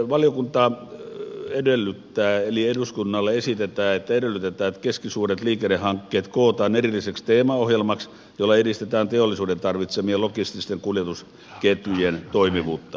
valiokunta edellyttää eli eduskunnalle esitetään että edellytetään että keskisuuret liikennehankkeet kootaan erilliseksi teemaohjelmaksi jolla edistetään teollisuuden tarvitsemien logististen kuljetusketjujen toimivuutta